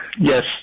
Yes